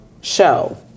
show